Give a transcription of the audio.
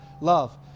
love